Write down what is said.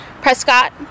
Prescott